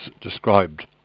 described